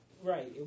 Right